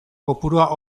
kopurua